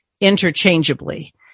interchangeably